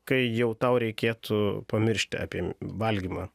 kai jau tau reikėtų pamiršti apie valgymą